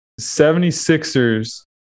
76ers